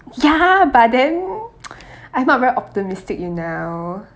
ya but then I'm not very optimistic you know